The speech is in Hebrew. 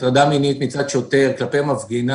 הטרדה מינית מצד שוטר כלפי מפגינה.